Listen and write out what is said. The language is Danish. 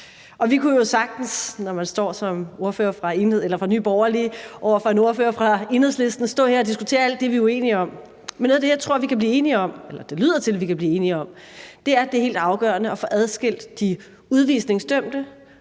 Vi kunne jo sagtens, når man står her som ordfører for Nye Borgerlige over for en ordfører fra Enhedslisten, diskutere alt det, vi er uenige om, men noget af det, jeg tror vi kan blive enige om – det lyder det til – er, at det er helt afgørende at få adskilt de udvisningsdømte